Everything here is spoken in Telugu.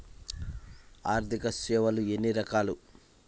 ఆర్థిక సేవలు ఎన్ని రకాలు?